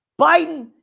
Biden